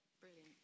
Brilliant